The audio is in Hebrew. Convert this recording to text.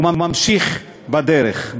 וממשיך בדרך,